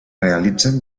realitzen